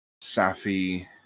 Safi